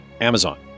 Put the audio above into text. Amazon